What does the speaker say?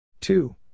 Two